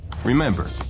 Remember